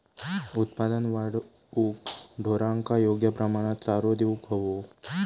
उत्पादन वाढवूक ढोरांका योग्य प्रमाणात चारो देऊक व्हयो